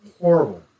Horrible